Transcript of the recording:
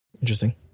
Interesting